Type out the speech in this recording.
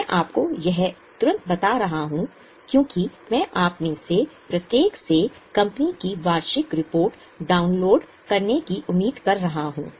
मैं आपको यह तुरंत बता रहा हूं क्योंकि मैं आप में से प्रत्येक से कंपनी की वार्षिक रिपोर्ट डाउनलोड करने की उम्मीद कर रहा हूं